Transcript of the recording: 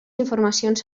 informacions